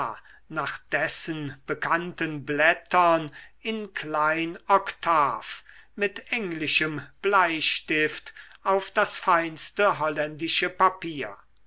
nach dessen bekannten blättern in klein oktav mit englischem bleistift auf das feinste holländische papier